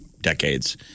decades